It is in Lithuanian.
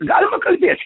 galima kalbėt